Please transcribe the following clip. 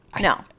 No